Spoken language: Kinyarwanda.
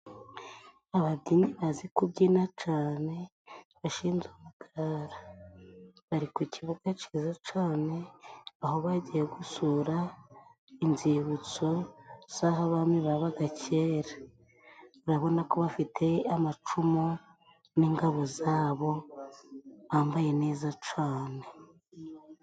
Ababyinyi gazi kubyina cane, bashinze umugara, bari ku kibuga cyiza cane aho bagiye gusura inzibutso z'aho abami babaga kera. Urabona ko bafite amacumu n'ingabo zabo, bambaye neza cane.